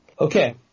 Okay